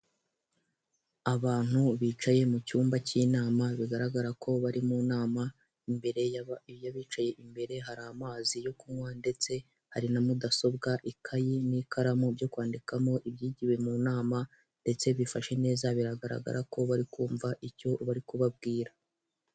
Abantu bicaye mu cyumba cy'inama bigaragara ko bari mu nama, imbere yabicaye imbere hari amazi yo kunywa ndetse hari na mudasobwa ikayi n'ikaramu byo kwandikamo ibyigiwe mu nama, ndetse bifashe neza biragaragara ko bari kumva icyo bari kubabwira.